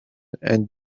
and